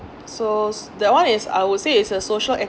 so that one is I would say is a social